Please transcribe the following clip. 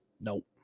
Nope